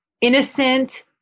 innocent